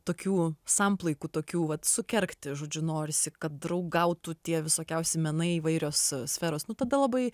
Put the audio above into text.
tokių samplaikų tokių vat sukerkti žodžiu norisi kad draugautų tie visokiausi menai įvairios sferos nu tada labai